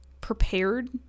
prepared